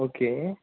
okay